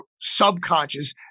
subconscious